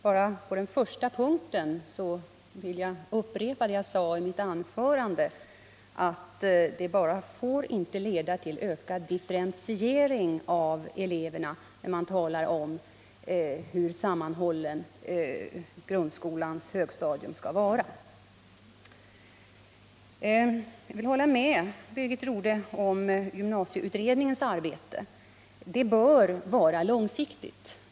Bara på den första punkten, där skolministern talade om hur sammanhållet grundskolans högstadium skall vara, vill jag upprepa vad jag sade i mitt anförande, nämligen att det inte får leda till en ökad differentiering av Jag håller med Birgit Rodhe när det gäller gymnasieutredningens arbete. Det bör vara långsiktigt.